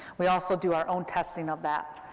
we also do our own testing of that,